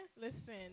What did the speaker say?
listen